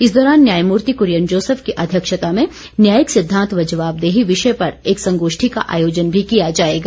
इस दौरान न्यायमूर्ति कुरियन जोसेफ की अध्यक्षता में न्यायिक सिद्धांत व जवाबदेही विषय पर एक संगोष्ठी का आयोजन भी किया जाएगा